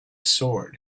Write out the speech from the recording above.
sword